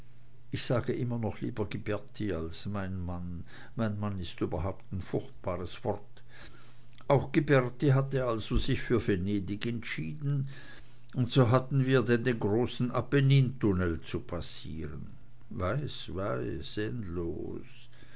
ich sage immer noch lieber ghiberti als mein mann mein mann ist überhaupt ein furchtbares wort auch ghiberti also hatte sich für venedig entschieden und so hatten wir denn den großen apennintunnel zu passieren weiß